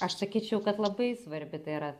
aš sakyčiau kad labai svarbi tai yra